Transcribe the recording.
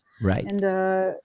Right